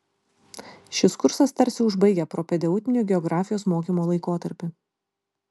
šis kursas tarsi užbaigia propedeutinį geografijos mokymo laikotarpį